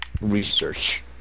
research